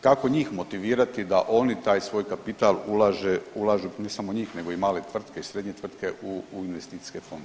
Kako njih motivirati da on i taj svoj kapital ulažu ne samo u njih, nego i male tvrtke i srednje tvrtke u investicijske fondove.